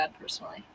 personally